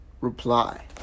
reply